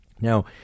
Now